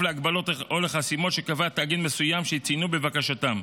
להגבלות או לחסימות שקבע תאגיד מסוים שציינו בבקשתם.